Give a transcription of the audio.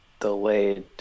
delayed